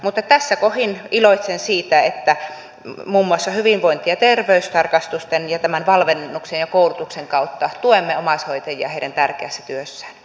mutta tässä kohdin iloitsen siitä että muun muassa hyvinvointi ja terveystarkastusten ja tämän valmennuksen ja koulutuksen kautta tuemme omaishoitajia heidän tärkeässä työssään